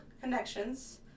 connections